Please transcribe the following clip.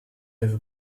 ève